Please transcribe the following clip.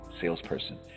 salesperson